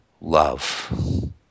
love